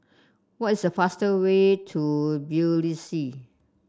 what is the fast way to Tbilisi